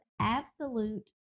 absolute